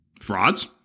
Frauds